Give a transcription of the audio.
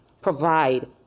provide